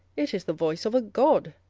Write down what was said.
it is the voice of a god,